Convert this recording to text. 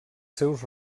seus